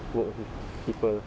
work with people